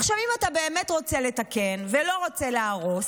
אם אתה באמת רוצה לתקן ולא רוצה להרוס,